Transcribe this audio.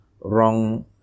wrong